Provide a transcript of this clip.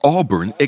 Auburn